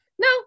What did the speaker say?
No